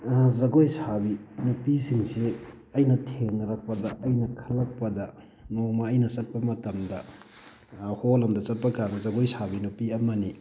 ꯖꯒꯣꯏ ꯁꯥꯕꯤ ꯅꯨꯄꯤꯁꯤꯡꯁꯤ ꯑꯩꯅ ꯊꯦꯡꯅꯔꯛꯄꯗ ꯑꯩꯅ ꯈꯜꯂꯛꯄꯗ ꯅꯣꯡꯃ ꯑꯩꯅ ꯆꯠꯄ ꯃꯇꯝꯗ ꯍꯣꯜ ꯑꯃꯗ ꯆꯠꯄꯀꯥꯟꯗ ꯖꯒꯣꯏ ꯁꯥꯕꯤ ꯅꯨꯄꯤ ꯑꯃꯅꯤ